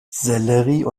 sellerie